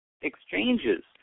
exchanges